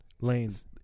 Lanes